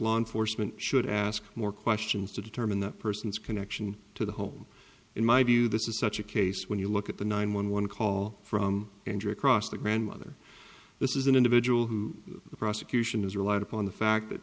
law enforcement should ask more questions to determine that person's connection to the home in my view this is such a case when you look at the nine one one call from andrea cross the grandmother this is an individual who the prosecution has relied upon the fact that